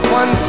one